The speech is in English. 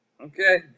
Okay